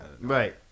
Right